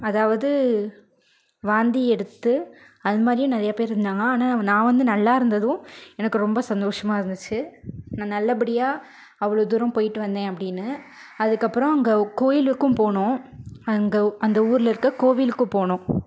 அதாவது வாந்தி எடுத்து அதுமாதிரியும் நிறைய பேர் இருந்தாங்க ஆனால் நான் வந்து நல்லாயிருந்ததும் எனக்கு ரொம்ப சந்தோஷமாக இருந்துச்சு நான் நல்லபடியாக அவ்வளோதூரம் போயிட்டு வந்தேன் அப்படின்னு அதுக்கப்புறம் அங்கே ஒரு கோயிலுக்கும் போனோம் அங்கே அந்த ஊரில் இருக்கற கோவிலுக்குப் போனோம்